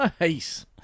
Nice